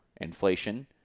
Inflation